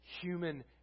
human